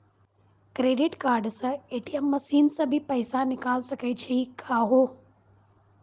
Credit card से ATM machine से भी पैसा निकल सकै छि का हो?